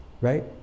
right